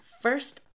first